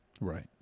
Right